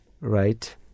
right